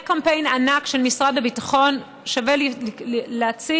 היה קמפיין ענק של משרד הביטחון שווה להציץ,